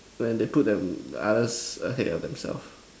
when they put them others ahead of themselves